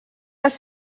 els